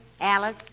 Alice